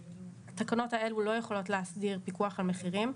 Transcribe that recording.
התקנות האלו לא יכולות להסדיר פיקוח על מחירים.